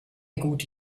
gute